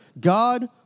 God